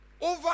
Over